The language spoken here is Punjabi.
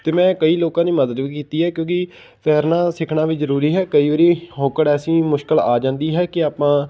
ਅਤੇ ਮੈਂ ਕਈ ਲੋਕਾਂ ਦੀ ਮਦਦ ਵੀ ਕੀਤੀ ਹੈ ਕਿਉਂਕਿ ਤੈਰਨਾ ਸਿੱਖਣਾ ਵੀ ਜ਼ਰੂਰੀ ਹੈ ਕਈ ਵਾਰੀ ਔਂਕੜ ਐਸੀ ਵੀ ਮੁਸ਼ਕਿਲ ਆ ਜਾਂਦੀ ਹੈ ਕਿ ਆਪਾਂ